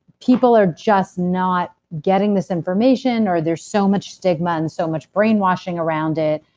people are just not getting this information, or there's so much stigma and so much brainwashing around it,